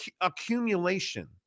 accumulation